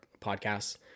podcasts